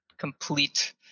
complete